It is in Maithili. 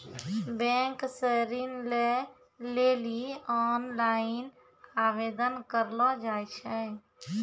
बैंक से ऋण लै लेली ओनलाइन आवेदन करलो जाय छै